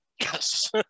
Yes